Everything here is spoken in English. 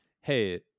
hey